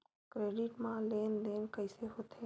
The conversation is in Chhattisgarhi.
क्रेडिट मा लेन देन कइसे होथे?